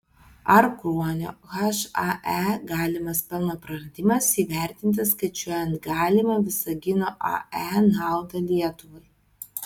ar kruonio hae galimas pelno praradimas įvertintas skaičiuojant galimą visagino ae naudą lietuvai